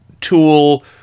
tool